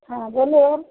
हाँ बोलू